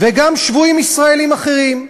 וגם שבויים ישראלים אחרים.